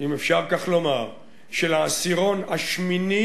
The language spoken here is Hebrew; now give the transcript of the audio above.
אם אפשר כך לומר, של העשירון השמיני